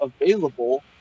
available